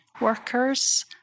workers